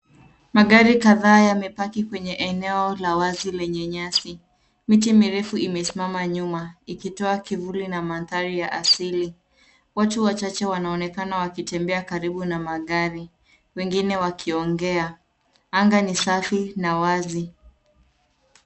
Magari kadhaa yamepaki kwenye eneo la wazi lenye nyasi. Miti mirefu imesimama nyuma ikitoa kivuli na madhari ya asili. Watu wachache wanaonekana wakitembea karibu na magari wengine wakiogea. Anga ni safi na wazi.